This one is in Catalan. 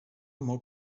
molt